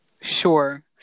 Sure